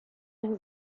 his